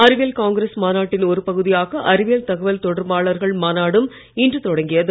அறிவியல் காங்கிரஸ் மாநாட்டின் ஒரு பகுதியாக அறிவியல் தகவல் தொடர்பாளர்கள் மாநாடும் இன்று தொடங்கியது